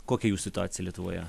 kokia jų situacija lietuvoje